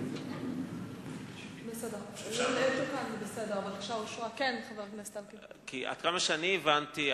עד כמה שאני הבנתי,